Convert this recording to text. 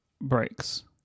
breaks